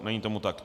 Není tomu tak.